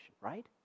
right